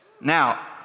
Now